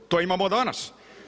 To imamo danas.